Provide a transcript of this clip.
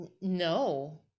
no